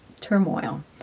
turmoil